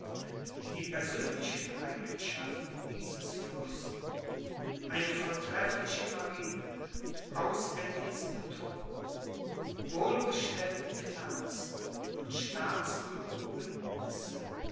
die persönlichen eigenschaften dieses fürsten eine vortreffliche marine auserlesene truppen wohlbestellte finanzen und staatskluge